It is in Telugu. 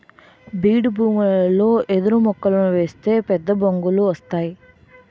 బీడుభూములలో ఎదురుమొక్కలు ఏస్తే పెద్దబొంగులు వస్తేయ్